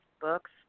books